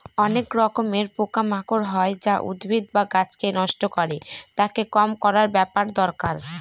অনেক রকমের পোকা মাকড় হয় যা উদ্ভিদ বা গাছকে নষ্ট করে, তাকে কম করার ব্যাপার দরকার